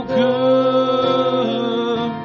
good